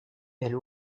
elle